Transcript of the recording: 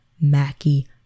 Mackie